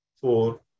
four